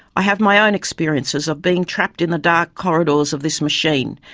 i have my own experiences of being trapped in the dark corridors of this machine,